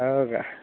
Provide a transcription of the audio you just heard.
हो का